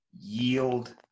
yield